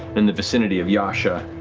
in the vicinity of yasha,